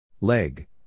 Leg